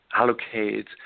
allocate